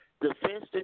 defense